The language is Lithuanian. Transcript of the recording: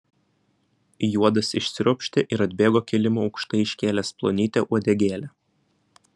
juodas išsiropštė ir atbėgo kilimu aukštai iškėlęs plonytę uodegėlę